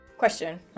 question